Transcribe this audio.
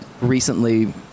recently